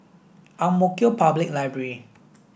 Ang Mo Kio Public Library